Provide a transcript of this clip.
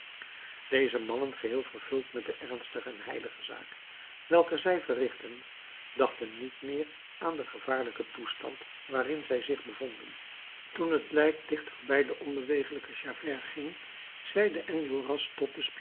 deze mannen geheel vervuld met de ernstige en heilige zaak welke zij verrichtten dachten niet meer aan den gevaarlijken toestand waarin zij zich bevonden toen het lijk dicht voorbij den onbewegelijken javert ging zeide